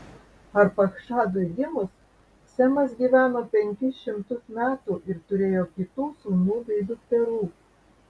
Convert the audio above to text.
arpachšadui gimus semas gyveno penkis šimtus metų ir turėjo kitų sūnų bei dukterų